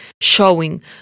showing